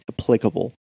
applicable